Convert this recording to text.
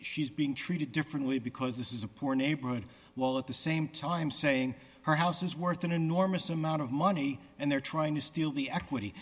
she's being treated differently because this is a poor neighborhood while at the same time saying her house is worth an enormous amount of money and they're trying to steal the equity